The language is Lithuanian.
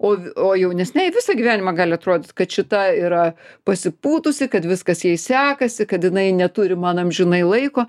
o jaunesnei visą gyvenimą gali atrodyti kad šita yra pasipūtusi kad viskas jai sekasi kad jinai neturi man amžinai laiko